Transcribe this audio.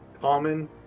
Common